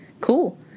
cool